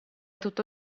tutto